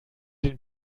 den